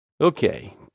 Okay